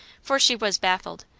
for she was baffled,